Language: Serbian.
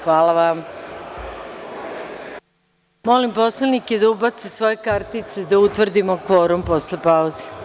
Hvala vam. [[Posle pauze]] Molim poslanike da ubace svoje kartice, da utvrdimo kvorum posle pauze.